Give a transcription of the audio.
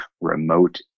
remote